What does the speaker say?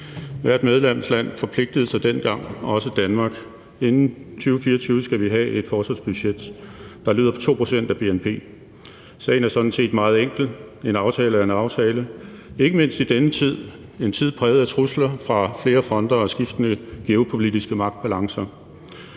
også Danmark – forpligtede sig dengang til, at vi inden 2024 skulle have et forsvarsbudget, der lød på 2 pct. af bnp. Sagen er sådan set meget enkel: En aftale er en aftale, ikke mindst i denne tid – en tid præget af trusler fra flere fronter og skiftende geopolitiske magtbalancer.